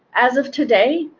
as of today,